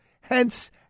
Hence